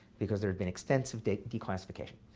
because there had been extensive declassification.